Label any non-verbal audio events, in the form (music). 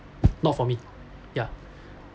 not for me ya (breath)